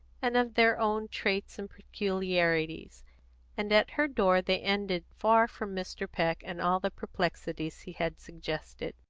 and of their own traits and peculiarities and at her door they ended far from mr. peck and all the perplexities he had suggested.